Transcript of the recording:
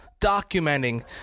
documenting